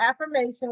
affirmation